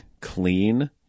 clean